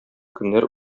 көннәр